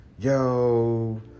Yo